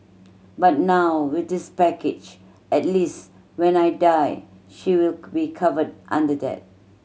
but now with this package at least when I die she will be covered under that